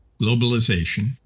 globalization